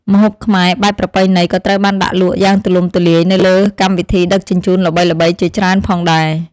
ម្ហូបខ្មែរបែបប្រពៃណីក៏ត្រូវបានដាក់លក់យ៉ាងទូលំទូលាយនៅលើកម្មវិធីដឹកជញ្ជូនល្បីៗជាច្រើនផងដែរ។